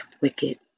wicked